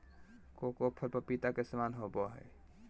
cocoa फल पपीता के समान होबय हइ